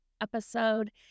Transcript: episode